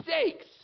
stakes